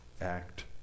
act